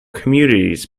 communities